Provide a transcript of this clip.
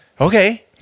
okay